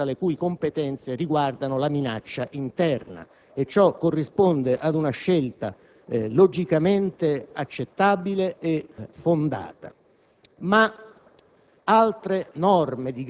al Servizio di informazione e sicurezza le cui competenze riguardano la minaccia interna, e ciò corrisponde ad una scelta logicamente accettabile e fondata.